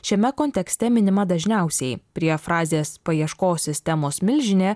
šiame kontekste minima dažniausiai prie frazės paieškos sistemos milžinė